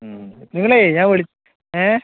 നിങ്ങളെ ഞാൻ വിളി ഏഹ്